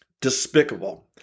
Despicable